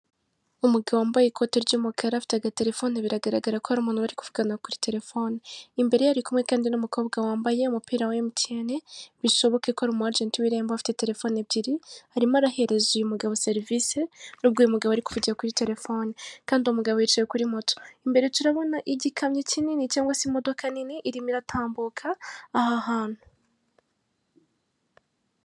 Umugabo wambaye ikote ry'umukara afite agaterefone biragaragara ko hari umuntu bari kuvugana kuri telefone imbere yari kumwe kandi n'umukobwa wambaye umupira wa mtn bishoboke ko ari umugenti w'irembo. afite telefoni ebyiri harimo arahereza uyu mugabo serivisi, n'ubwo uyu mugabo ari kuvugira kuri telefone kandi uwo mugabo yicaye kuri moto imbere turabona igikamyo kinini cyangwa se imodoka nini irimo iratambuka aha hantu.